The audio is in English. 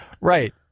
Right